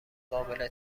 قابل